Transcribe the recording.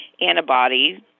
antibodies